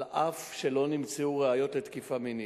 אף שלא נמצאו ראיות לתקיפה מינית.